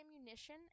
ammunition